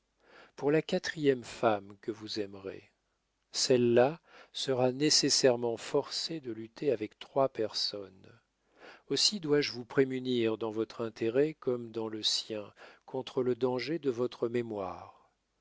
pour la quatrième femme que vous aimerez celle-là sera nécessairement forcée de lutter avec trois personnes aussi dois-je vous prémunir dans votre intérêt comme dans le sien contre le danger de votre mémoire